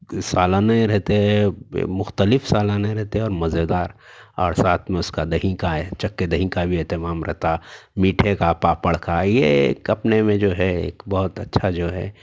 سالنیں رہتے ہیں مختلف سالنیں رہتے ہیں اور مزیدار اور ساتھ میں اس کا دہی کا ہے چکھ کے دہی کا بھی اہتمام رہتا میٹھے کا پاپڑ کا یہ ایک اپنے میں جو ہے ایک بہت اچھا جو ہے